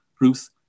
Ruth